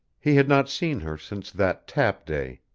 he had not seen her since that tap day.